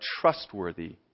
trustworthy